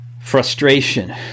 frustration